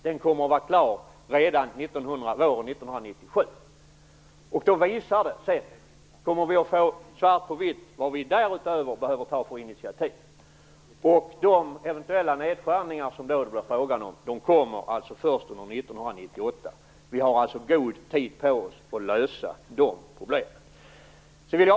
Den kommer att vara klar redan våren 1997. Då kommer vi att få svart på vitt på vilka initiativ vi därutöver behöver ta. De eventuella nedskärningar som det kan bli fråga om görs alltså först under 1998. Vi har alltså god tid på oss att lösa de problemen.